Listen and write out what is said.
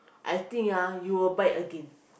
I think ah you will buy again